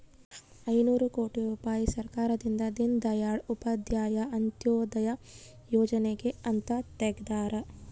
ಐನೂರ ಕೋಟಿ ರುಪಾಯಿ ಸರ್ಕಾರದಿಂದ ದೀನ್ ದಯಾಳ್ ಉಪಾಧ್ಯಾಯ ಅಂತ್ಯೋದಯ ಯೋಜನೆಗೆ ಅಂತ ತೆಗ್ದಾರ